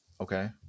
Okay